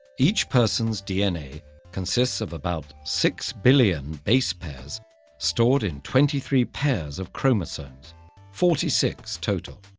each person's dna consists of about six billion base pairs stored in twenty three pairs of chromosomes forty six total.